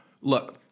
Look